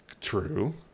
True